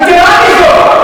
יתירה מזאת,